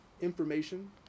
information